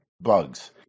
bugs